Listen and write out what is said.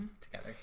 together